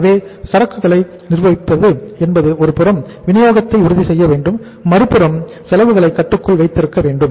எனவே சரக்குகளை நிர்வகிப்பது என்பது ஒருபுறம் வினியோகத்தை உறுதி செய்ய வேண்டும் மறுபுறம் செலவுகளை கட்டுக்குள் வைத்திருக்க வேண்டும்